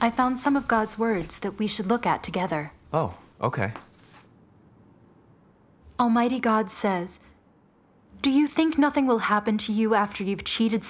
i found some of god's words that we should look at together oh ok almighty god says do you think nothing will happen to you after you've cheated